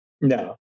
No